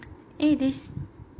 eh they